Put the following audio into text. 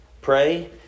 Pray